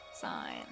Sign